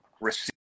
receive